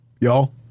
Y'all